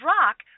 Rock